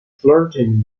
flirting